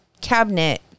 cabinet